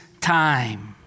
time